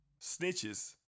snitches